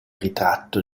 ritratto